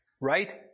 Right